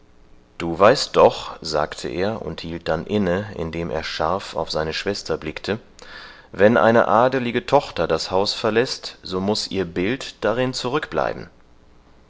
du weißt doch sagte er und hielt dann inne indem er scharf auf seine schwester blickte wenn eine adelige tochter das haus verläßt so muß ihr bild darin zurückbleiben